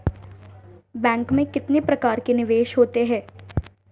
Bank में कितने प्रकार के निवेश होते हैं?